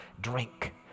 Drink